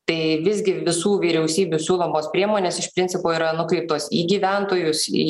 tai visgi visų vyriausybių siūlomos priemonės iš principo yra nukreiptos į gyventojus į